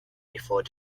before